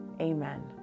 amen